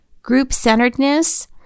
group-centeredness